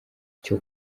cyo